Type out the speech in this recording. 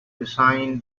design